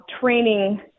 training